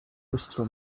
crystal